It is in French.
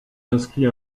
inscrit